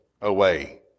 away